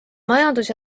majandus